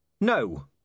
No